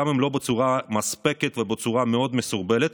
גם אם לא בצורה מספקת ובצורה מאוד מסורבלת,